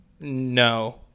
No